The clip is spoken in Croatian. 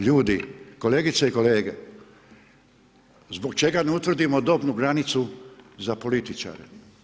Ljudi, kolegice i kolege, zbog čega ne utvrdimo dobnu granicu za političare?